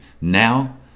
now